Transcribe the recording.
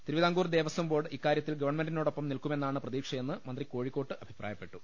തിരുവിതാംകൂർ ദേവസ്ഥ ബോർഡ് ഇക്കാര്യത്തിൽ ഗവൺമെന്റിനോടൊപ്പം നിൽക്കു മെ ന്നാണ് പ്രതീക്ഷ യെന്ന് മന്ത്രി കോഴിക്കോട്ട് അഭിപ്രായപ്പെട്ടു